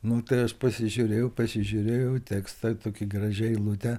nu tai aš pasižiūrėjau pasižiūrėjau į tekstą tokia graži eilutė